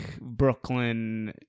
Brooklyn